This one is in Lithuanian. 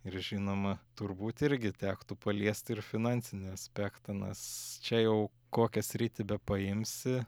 ir žinoma turbūt irgi tektų paliesti ir finansinį aspektą nes čia jau kokią sritį bepaimsi